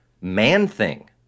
Man-Thing